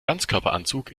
ganzkörperanzug